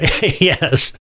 Yes